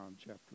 chapter